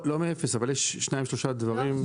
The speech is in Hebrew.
לא מאפס, אבל יש שניים-שלושה דברים.